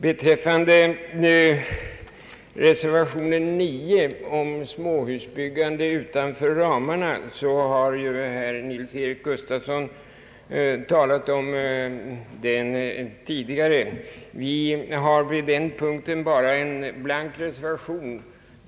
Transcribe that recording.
Herr Nils-Eric Gustafsson har tidigare talat om reservation 9 a om småhusbyggande utanför ramarna. Vi har vid den punkten endast en blank reservation.